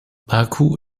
baku